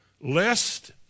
lest